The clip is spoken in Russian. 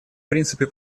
принципе